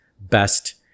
best